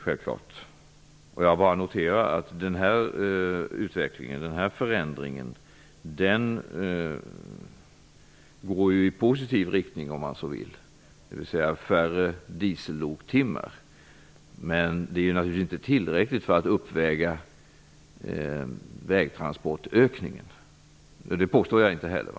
Jag bara noterar att förändringen mot färre dieselloktimmar går i positiv riktning. Men det är naturligtvis inte tillräckligt för att uppväga vägtransportökningen -- det påstår jag inte heller.